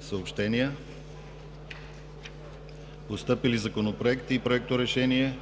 Съобщения. Постъпили законопроекти и проекторешения